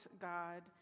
God